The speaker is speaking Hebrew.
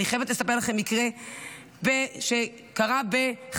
אני חייבת לספר לכם מקרה שקרה בחדרה,